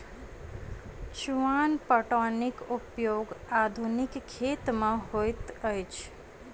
चुआन पटौनीक उपयोग आधुनिक खेत मे होइत अछि